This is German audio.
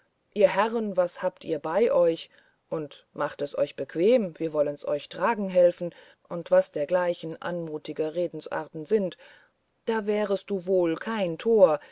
ihr herren was habt ihr bei euch und machet es euch bequem wir wollen's euch tragen helfen und was dergleichen anmutige redensarten sind da wärest du wohl kein tor